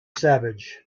savage